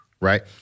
right